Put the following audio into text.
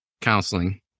counseling